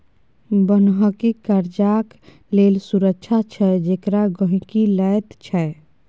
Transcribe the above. बन्हकी कर्जाक लेल सुरक्षा छै जेकरा गहिंकी लैत छै